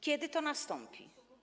Kiedy to nastąpi?